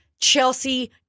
chelsea